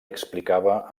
explicava